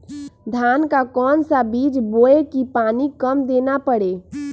धान का कौन सा बीज बोय की पानी कम देना परे?